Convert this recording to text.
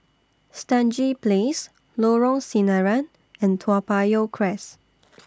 Stangee Place Lorong Sinaran and Toa Payoh Crest